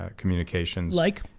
ah communications like?